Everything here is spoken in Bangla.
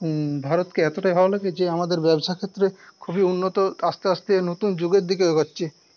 ভারতকে এতটাই ভালো লাগে যে আমাদের ব্যবসা ক্ষেত্রে খুবই উন্নত আস্তে আস্তে নতুন যুগের দিকে এগোচ্ছে